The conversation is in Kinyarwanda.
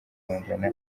guhangana